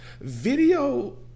video